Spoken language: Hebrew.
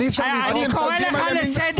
אבל אי אפשר --- אני קורא לך לסדר.